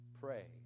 pray